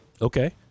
Okay